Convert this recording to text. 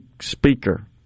speaker